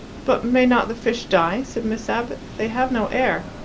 but may not the fish die? said miss abbott. they have no air.